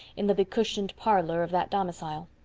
in the becushioned parlor of that domicile.